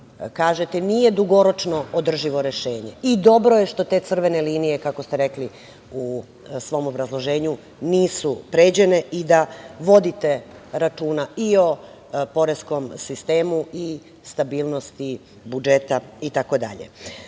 kažete, nije dugoročno održivo rešenje. I dobro je što te crvene linije, kako ste rekli u svom obrazloženju, nisu pređene i da vodite računa i o poreskom sistemu i stabilnosti budžeta itd. Zato